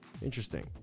Interesting